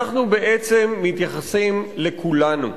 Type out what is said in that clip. אנחנו בעצם מתייחסים לכולנו.